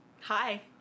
Hi